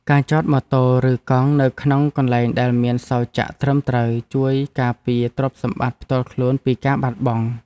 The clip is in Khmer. ការចតម៉ូតូ ឬកង់នៅក្នុងកន្លែងដែលមានសោរចាក់ត្រឹមត្រូវជួយការពារទ្រព្យសម្បត្តិផ្ទាល់ខ្លួនពីការបាត់បង់។